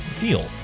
deal